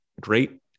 great